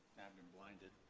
been blinded.